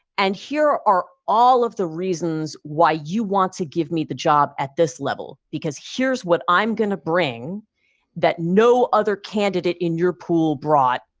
and here are all of the reasons why you want to give me the job at this level, because here's what i'm going to bring that no other candidate in your pool brought.